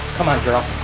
come on, girl.